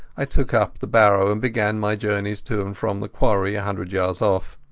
i took up the barrow and began my journeys to and from the quarry a hundred yards off.